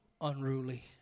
unruly